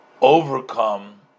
overcome